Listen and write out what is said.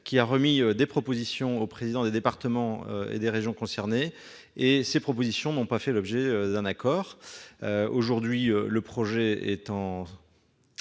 qui a remis des propositions aux présidents des départements et régions concernés. Ces propositions n'ont pas fait l'objet d'un accord. Aujourd'hui, le projet est au